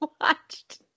watched